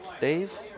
Dave